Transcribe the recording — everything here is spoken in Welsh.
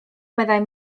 meddai